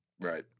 Right